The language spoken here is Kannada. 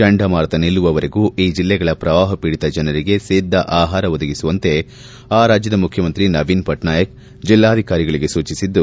ಚಂಡಮಾರುತ ನಿಲ್ಲುವವರೆಗೂ ಈ ಜಿಲ್ಲೆಗಳ ಪ್ರವಾಹ ಪೀಡಿತ ಜನರಿಗೆ ಸಿದ್ದ ಆಹಾರ ಒದಗಿಸುವಂತೆ ಮುಖ್ಯಮಂತ್ರಿ ನವೀನ್ ಪಟ್ನಾಯಕ್ ಜೆಲ್ಲಾಧಿಕಾರಿಗಳಿಗೆ ಸೂಚಿಸಿದ್ದು